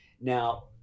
Now